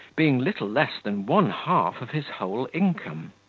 being little less than one half of his whole income.